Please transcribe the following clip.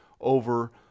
over